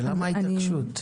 מה ההתעקשות?